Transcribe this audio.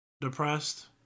depressed